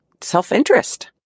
self-interest